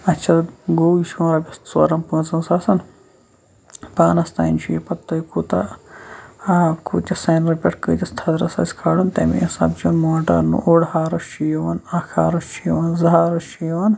اَتھ چھِ گوٗج چھِ یِوان رۄپٮ۪س ژورَن پٲنٛژن ساسن پانَس تام چھُ پَتہٕ کہِ تُہۍ کوٗتاہ آب کوٗتاہ سنرٕ پٮ۪ٹھ کۭتِس تھزرَس آسہِ کھالُن تَمہِ حِسابہٕ چھُ موٹر اوٚڑ ہارٕس چھُ یِوان اکھ ہارٕس چھُ یِوان زٕ ہارٕس چھُ یِوان